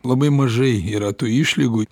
labai mažai yra tų išlygų